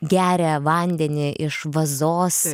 geria vandenį iš vazos